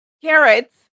carrots